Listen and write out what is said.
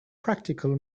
practical